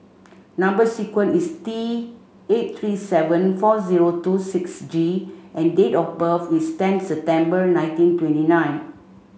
number sequence is T eight three seven four zero two six G and date of birth is tenth September nineteen twenty nine